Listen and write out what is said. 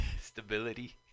Stability